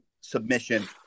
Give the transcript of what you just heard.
submission